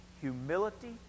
humility